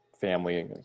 family